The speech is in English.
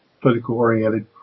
political-oriented